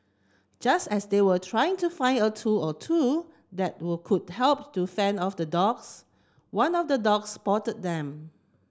just as they were trying to find a tool or two that would could help to fend off the dogs one of the dogs spotted them